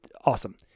awesome